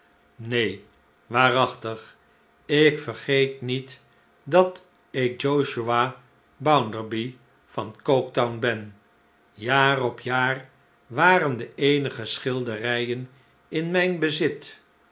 neen waarachtig ik vergeet niet dat ik josiah bounderby van goketown ben jaar op jaar waren de eenige schilderijen in mijn bezit